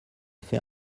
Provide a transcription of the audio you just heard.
fait